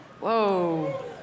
Whoa